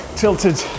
tilted